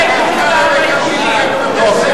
טוב.